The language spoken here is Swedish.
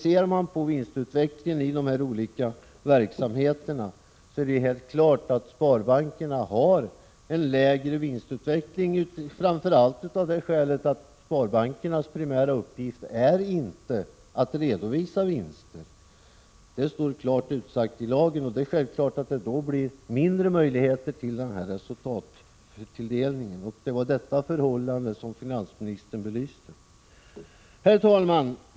Ser man på vinstutvecklingen i de olika verksamheterna finner man att det är helt klart att sparbankerna har en lägre vinstutveckling, framför allt av det skälet att deras primära uppgift inte är att redovisa vinster — det står klart utsagt i lagen. Självfallet får sparbankerna därmed mindre möjligheter till en sådan här resultattilldelning. Detta förhållande belystes också av finansministern. Herr talman!